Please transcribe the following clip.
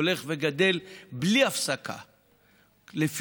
הולך וגדל בלי הפסקה,